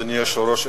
אדוני היושב-ראש,